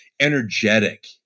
energetic